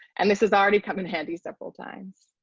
and this has already come in handy several times.